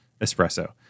espresso